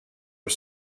are